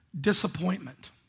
disappointment